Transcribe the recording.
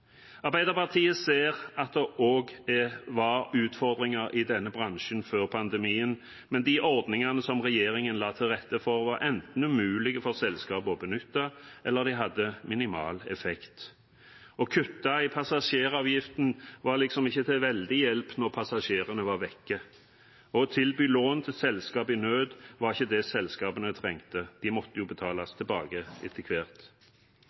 Arbeiderpartiet ser at det òg var utfordringer i denne bransjen før pandemien, men de ordningene som regjeringen la til rette for, var enten umulige for selskapene å benytte, eller de hadde minimal effekt. Å kutte i passasjeravgiften var liksom ikke til veldig hjelp når passasjerene var vekk. Å tilby lån til selskap i nød var ikke det selskapene trengte – de måtte jo betales tilbake etter hvert.